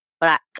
black